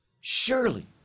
surely